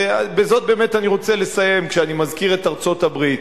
בזה אני רוצה לסיים, כשאני מזכיר את ארצות-הברית.